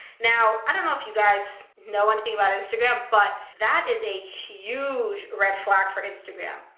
now, i don't know if you guys know anything about instagram, but that is a huge red flag for instagram,